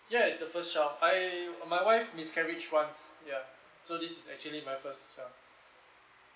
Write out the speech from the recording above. yes the first child I uh my wife miscarried once ya so this is actually my first child